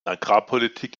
agrarpolitik